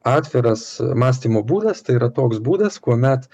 atviras mąstymo būdas tai yra toks būdas kuomet